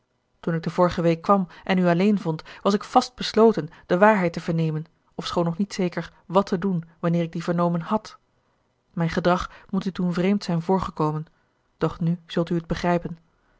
toen ik de vorige week kwam en u alleen vond was ik vastbesloten de waarheid te vernemen ofschoon nog niet zeker wàt te doen wanneer ik die vernomen hàd mijn gedrag moet u toen vreemd zijn voorgekomen doch nu zult u het begrijpen